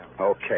Okay